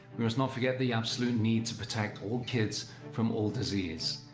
we must not forget the absolute need to protect all kids from all disease.